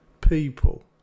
people